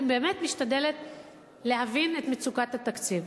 אני באמת משתדלת להבין את מצוקת התקציב,